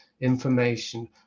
information